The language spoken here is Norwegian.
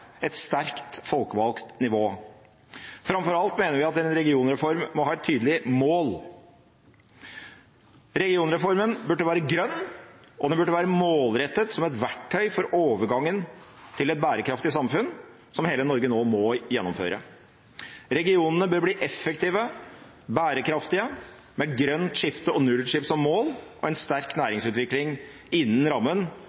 et sterkt, folkevalgt nivå. Framfor alt mener vi at en regionreform må ha et tydelig mål. Regionreformen bør være grønn, og den bør være målrettet som et verktøy for overgangen til et bærekraftig samfunn, som hele Norge nå må gjennomføre. Regionene bør bli effektive og bærekraftige, med grønt skifte og nullutslipp som mål, og med en sterk